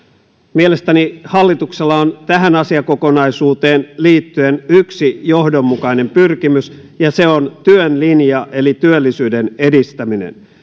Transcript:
mielestäni hallituksella on tähän asiakokonaisuuteen liittyen yksi johdonmukainen pyrkimys ja se on työn linja eli työllisyyden edistäminen